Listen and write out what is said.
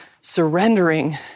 surrendering